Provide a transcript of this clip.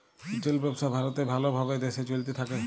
retail ব্যবসা ভারতে ভাল ভাবে দেশে চলতে থাক্যে